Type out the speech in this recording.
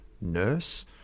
nurse